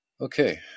okay